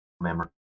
memory